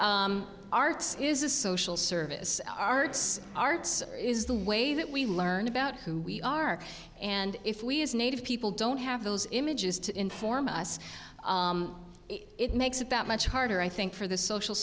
that arts is a social service arts arts is the way that we learn about who we are and if we as native people don't have those images to inform us it makes about much harder i think for the social